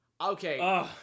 Okay